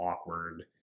awkward